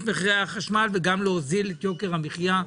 מחירי החשמל וגם להוזיל את יוקר המחיה.